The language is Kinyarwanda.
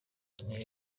niyo